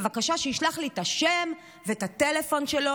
בבקשה שישלח לי את השם ואת הטלפון שלו,